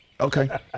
Okay